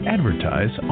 Advertise